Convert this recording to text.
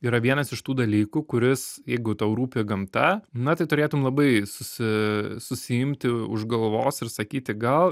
yra vienas iš tų dalykų kuris jeigu tau rūpi gamta na tai turėtum labai susi susiimti už galvos ir sakyti gal